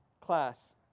class